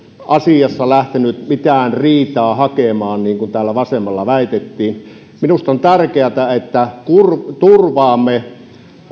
asiassa lähtenyt mitään riitaa hakemaan niin kuin täällä vasemmalla väitettiin minusta on tärkeätä että turvaamme